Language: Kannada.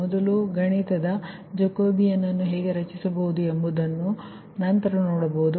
ಮೊದಲು ನಾವು ಗಣಿತದ ಜಾಕೋಬೀನ್ ಅನ್ನು ಹೇಗೆ ರಚಿಸಬಹುದು ಎಂಬುದನ್ನು ನಂತರ ನೋಡಬಹುದು